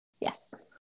Yes